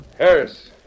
Harris